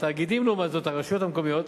התאגידים, לעומת הרשויות המקומיות,